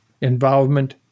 involvement